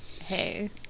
hey